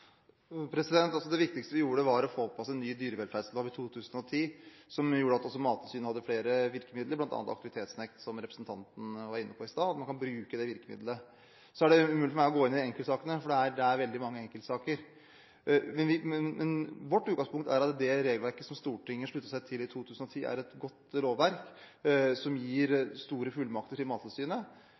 en ny dyrevelferdslov i 2010, som gjorde at også Mattilsynet fikk flere virkemidler, bl.a. aktivitetsnekt, som representanten var inne på. Man kan bruke det virkemiddelet. Det er umulig for meg å gå inn i enkeltsakene, for det er veldig mange enkeltsaker. Vårt utgangspunkt er at det regelverket som Stortinget sluttet seg til i 2010, er et godt lovverk som gir store fullmakter til Mattilsynet,